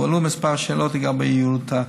הועלו כמה שאלות לגבי יעילותה,